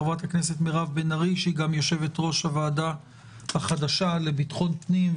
שהיא גם יושבת-ראש הוועדה החדשה לביטחון הפנים,